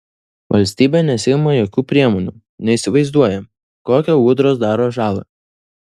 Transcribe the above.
valstybė nesiima jokių priemonių neįsivaizduoja kokią ūdros daro žalą